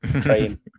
train